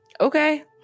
Okay